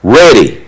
ready